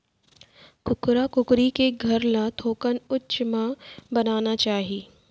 कुकरा कुकरी के घर ल थोकन उच्च म बनाना चाही